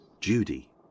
Judy